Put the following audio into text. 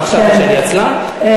המשפטי לבחור, לבחור את מי?